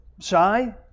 Shy